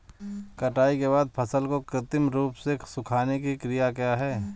कटाई के बाद फसल को कृत्रिम रूप से सुखाने की क्रिया क्या है?